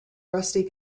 rusty